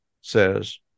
says